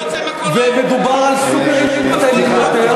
אבל אני לא רוצה מכולות,